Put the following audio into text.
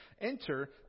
Enter